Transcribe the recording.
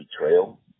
betrayal